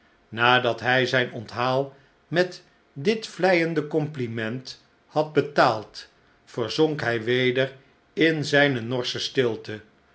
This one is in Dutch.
nadat hij zijn onthaal met dit vleiende compliment had betaald verzonk hij weder in zijne norsche stilte